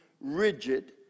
rigid